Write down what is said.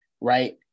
right